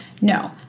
no